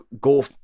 go